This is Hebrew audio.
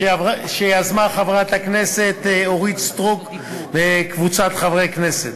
שיזמו חברת הכנסת אורית סטרוק וקבוצת חברי הכנסת.